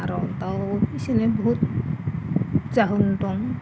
आरो दाउ फिसिनो बहुद जाहोन दं